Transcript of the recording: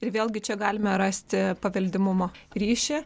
ir vėlgi čia galime rasti paveldimumo ryšį